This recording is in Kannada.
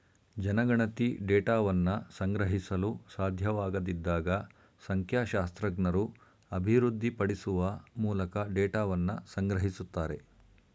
ಜನಗಣತಿ ಡೇಟಾವನ್ನ ಸಂಗ್ರಹಿಸಲು ಸಾಧ್ಯವಾಗದಿದ್ದಾಗ ಸಂಖ್ಯಾಶಾಸ್ತ್ರಜ್ಞರು ಅಭಿವೃದ್ಧಿಪಡಿಸುವ ಮೂಲಕ ಡೇಟಾವನ್ನ ಸಂಗ್ರಹಿಸುತ್ತಾರೆ